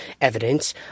evidence